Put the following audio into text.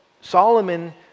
Solomon